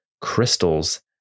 crystals